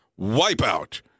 Wipeout